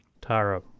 Tara